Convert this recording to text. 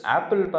Apple